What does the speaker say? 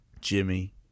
Jimmy